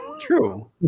True